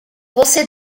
você